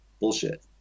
bullshit